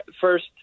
first